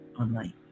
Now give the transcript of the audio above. online